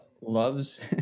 loves